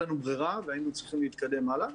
לנו ברירה והיינו צריכים להתקדם הלאה,